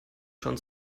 schon